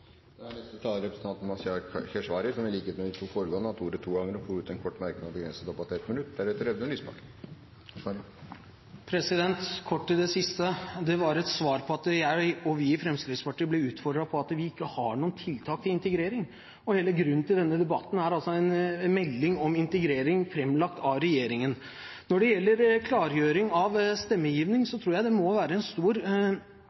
da hva som skal være inne i dette etterpå. Representanten Mazyar Keshvari hatt ordet to ganger tidligere og får ordet til en kort merknad, begrenset til 1 minutt. Kort til det siste: Det var et svar på at jeg og vi i Fremskrittspartiet blir utfordret på at vi ikke har noen tiltak for integrering. Hele grunnen til denne debatten er en melding om integrering, framlagt av regjeringen. Når det gjelder klargjøring av stemmegivning,